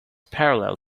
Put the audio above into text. parallel